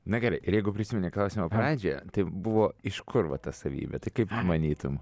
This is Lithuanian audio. na gerai ir jeigu prisimeni klausimo pradžią tai buvo iš kur va ta savybė tai kaip manytum